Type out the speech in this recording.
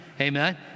amen